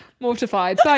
Mortified